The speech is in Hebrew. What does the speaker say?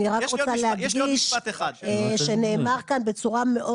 אני רק רוצה להדגיש שנאמר כאן בצורה מאוד